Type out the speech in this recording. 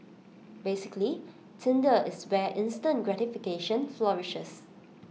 basically Tinder is where instant gratification flourishes